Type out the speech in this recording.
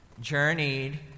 journeyed